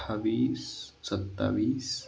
अठ्ठावीस सत्तावीस